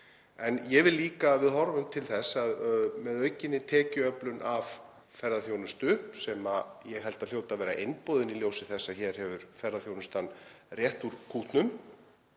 En ég vil líka að við horfum til þess að með aukinni tekjuöflun af ferðaþjónustu, sem ég held að hljóti að vera einboðin í ljósi þess að hér hefur ferðaþjónustan rétt úr kútnum